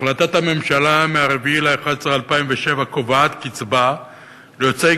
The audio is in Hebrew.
החלטת הממשלה מ-4 בנובמבר 2007 קובעת קצבה ליוצאי